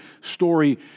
story